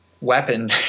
weapon